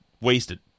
wasted